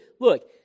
Look